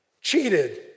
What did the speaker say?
cheated